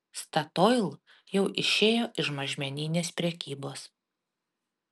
statoil jau išėjo iš mažmeninės prekybos